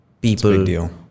people